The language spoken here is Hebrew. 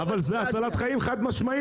אבל זה הצלת חיים חד-משמעית.